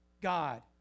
God